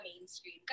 mainstream